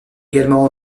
également